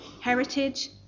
heritage